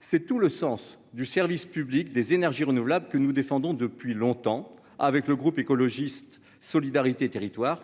c'est tout le sens du service public des énergies renouvelables que nous défendons depuis longtemps avec le groupe écologiste solidarité territoire